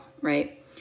right